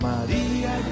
Maria